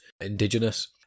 indigenous